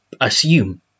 assume